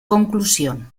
conclusión